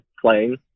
playing